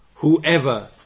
Whoever